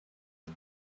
had